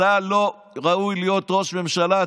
אתה לא ראוי להיות ראש ממשלה.